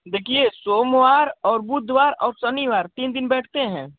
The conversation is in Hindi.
देखिये सोमवार और बुधवार और शनिवार तीन दिन बैठते हैं